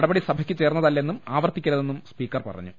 നടപടി സഭക്കു ചേർന്നതല്ലെന്നും ആവർത്തി ക്കരുതെന്നും സ്പീക്കർ പറഞ്ഞു